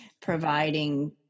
providing